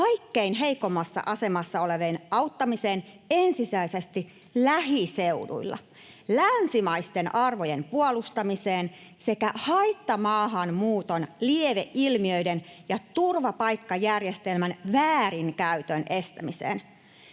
kaikkein heikoimmassa asemassa olevien auttamiseen ensisijaisesti lähiseuduilla, länsimaisten arvojen puolustamiseen sekä haittamaahanmuuton lieveilmiöiden ja turvapaikkajärjestelmän väärinkäytön estämiseen